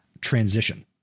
transition